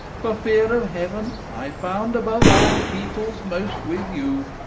for fear of heaven i found above all peoples most with you,